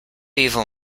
evil